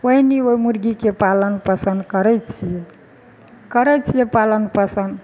ओहिना ओहि मुर्गीके पालन पोषण करै छियै करै छियै पालन पोषण